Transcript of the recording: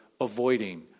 avoiding